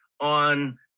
on –